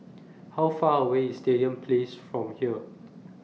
How Far away IS Stadium Place from here